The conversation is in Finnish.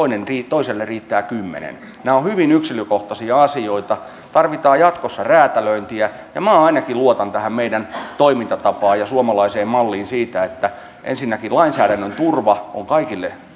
toiselle riittää kymmenen nämä ovat hyvin yksilökohtaisia asioita tarvitaan jatkossa räätälöintiä ja minä ainakin luotan tähän meidän toimintatapaamme ja suomalaiseen malliin siinä että ensinnäkin lainsäädännön turva on kaikille olemassa